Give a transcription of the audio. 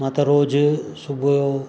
मां त रोज़ु सुबुह जो